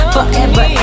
Forever